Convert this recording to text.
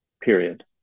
period